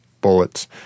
bullets